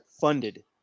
funded